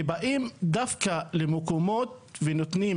ובאים דווקא למקומות ונותנים